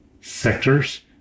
sectors